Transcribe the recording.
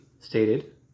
stated